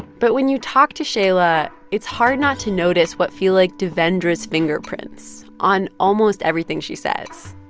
but when you talk to shaila, it's hard not to notice what feel like devendra's fingerprints on almost everything she says.